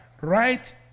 right